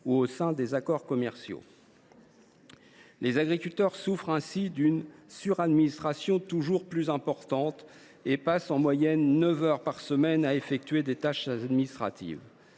ou au sein des accords commerciaux. Les agriculteurs souffrent ainsi d’une suradministration toujours plus importante et passent en moyenne neuf heures par semaine à effectuer des tâches administratives.